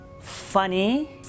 funny